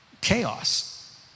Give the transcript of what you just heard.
chaos